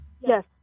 Yes